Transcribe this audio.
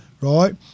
right